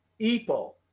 Epo